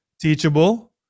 teachable